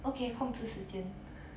okay 控制时间